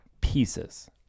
pieces